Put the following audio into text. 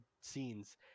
scenes